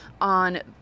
on